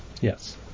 Yes